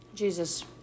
Jesus